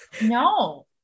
No